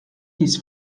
this